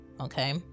okay